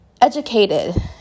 educated